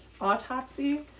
autopsy